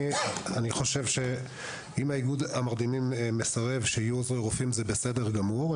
אם איגוד המרדימים מסרב שיהיו עוזרי רופאים זה בסדר גמור.